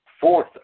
fourth